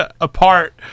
Apart